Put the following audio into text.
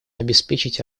обеспечить